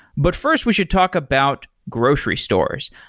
but first we should talk about grocery stores.